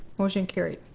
motion carried.